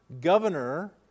Governor